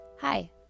Hi